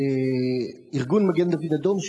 ארגון מגן-דוד-אדום,